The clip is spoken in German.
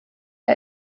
der